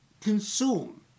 consume